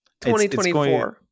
2024